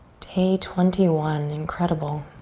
day twenty one, incredible.